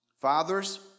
Fathers